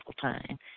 time